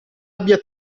abbia